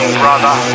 brother